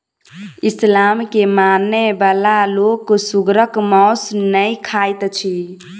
इस्लाम के मानय बला लोक सुगरक मौस नै खाइत अछि